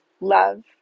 Love